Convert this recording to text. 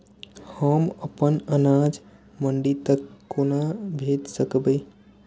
हम अपन अनाज मंडी तक कोना भेज सकबै?